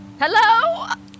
Hello